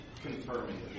confirming